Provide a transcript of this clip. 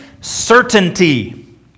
certainty